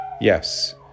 Yes